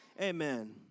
Amen